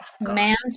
Man's